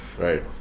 right